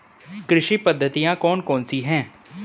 कृषि पद्धतियाँ कौन कौन सी हैं?